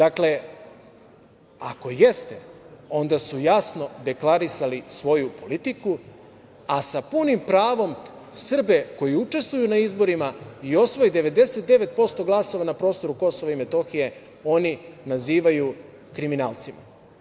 Ako jeste, onda su jasno deklarisali svoju politiku, a sa punim pravom Srbe koji učestvuju na izborima i osvoje 99% glasova na prostoru Kosova i Metohije oni nazivaju kriminalcima.